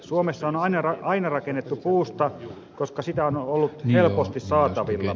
suomessa on aina rakennettu puusta koska sitä on ollut helposti saatavilla